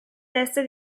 teste